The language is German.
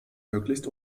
möglichst